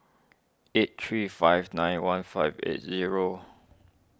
eight three five nine one five eight zero